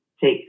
take